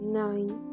nine